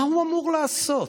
מה הוא אמור לעשות?